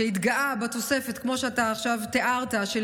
שהתגאה בתוספת שאתה תיארת עכשיו של